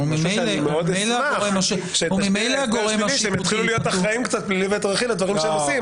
אני מאוד אשמח שהם יתחילו להיות אחראים קצת על מה שהם עושים.